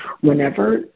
whenever